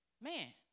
man